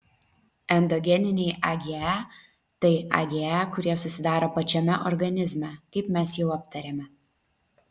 endogeniniai age tai age kurie susidaro pačiame organizme kaip mes jau aptarėme